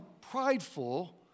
prideful